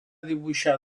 dibuixar